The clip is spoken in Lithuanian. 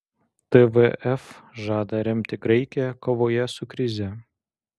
tvf žada remti graikiją kovoje su krize